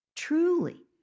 Truly